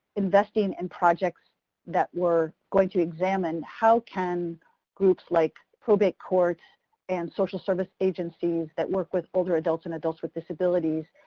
investing in and projects that were going to examine how can groups like probate court and social services agencies that work with older adults and adults with disabilities